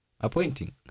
appointing